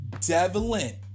Devlin